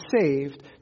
saved